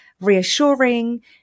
reassuring